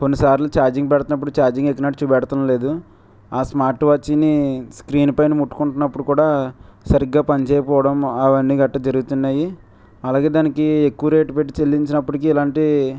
కొన్నిసార్లు ఛార్జింగ్ పెడుతున్నప్పుడు ఛార్జింగ్ ఎక్కినట్టు చూపెట్టడం లేదు ఆ స్మార్ట్వాచ్ని స్క్రీన్ పైన ముట్టుకుంటున్నప్పుడు కూడా సరిగ్గా పనిచేయకపోవడం అవన్నీగట్టా జరుగుతున్నాయి అలాగే దానికి ఎక్కువ రేటు పెట్టి చెల్లించినప్పటికి ఇలాంటి